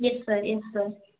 yes sir yes sir